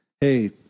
Hey